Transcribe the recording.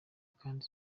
kandi